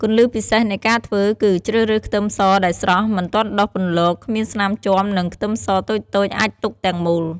គន្លឹះពិសេសនៃការធ្វើគឺ ជ្រើសរើសខ្ទឹមសដែលស្រស់ មិនទាន់ដុះពន្លក គ្មានស្នាមជាំ និងខ្ទឹមសតូចៗអាចទុកទាំងមូល។